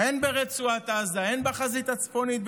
הן ברצועת עזה הן בחזית הצפונית,